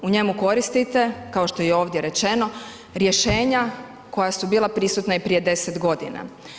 U njemu koristite, kao što je ovdje i rečeno, rješenja koja su bila prisutna i prije deset godina.